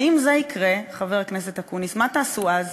ואם זה יקרה, חבר הכנסת אקוניס, מה תעשו אז?